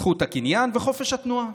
זכות הקניין וחופש התנועה".